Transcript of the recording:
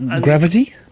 gravity